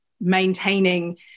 maintaining